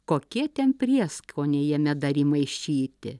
kokie ten prieskoniai jame dar įmaišyti